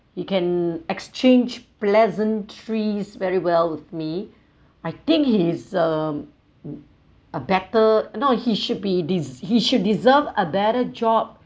he can exchange pleasantries very well with me I think he is a a better no he should be de~ he should deserve a better job